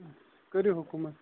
کٔرِو حُکُم